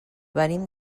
venim